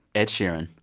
ed sheeran